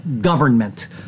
government